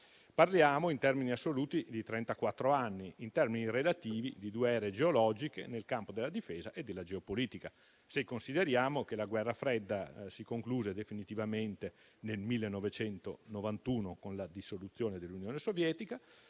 Parliamo, in termini assoluti, di trentaquattro anni; in termini relativi, di due ere geologiche nel campo della difesa e della geopolitica. Se consideriamo che la guerra fredda si concluse definitivamente nel 1991, con la dissoluzione dell'Unione sovietica,